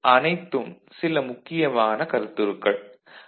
இவை அனைத்தும் சில முக்கியமான கருத்துருக்கள்